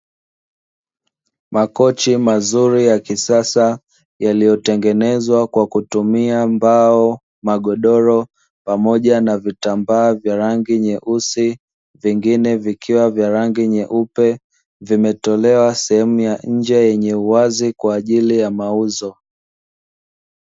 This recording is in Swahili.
Makochi mazuri ya kisasa yaliyotengenezwa kwa kutumia mbao, magodoro pamoja na vitambaa vya rangi nyeusi, vingine vikiwa vya rangi nyeupe; vimetolewa sehemu ya nje yenye uwazi kwa ajili ya mauzo.